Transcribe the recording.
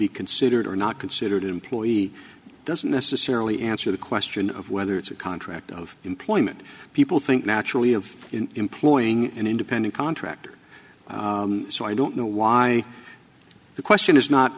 be considered or not considered an employee doesn't necessarily answer the question of whether it's a contract of employment people think naturally of employing an independent contractor so i don't know why the question is not